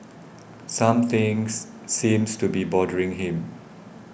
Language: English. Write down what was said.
some things seems to be bothering him